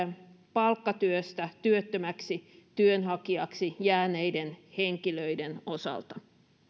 palkkatyöstä työttömäksi työnhakijaksi jääneiden henkilöiden osalta